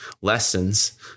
lessons